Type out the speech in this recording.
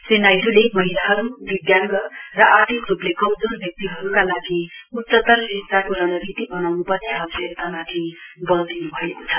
क्षी नाइडूले महिलाहरू दिब्याङ्ग र आर्थिक रूपले कमजोर व्यक्तिहरूका लागि उच्चतर शिक्षाको रणनीति बनाउन् पर्ने आवश्यकतामाथि बल दिन्भएको छ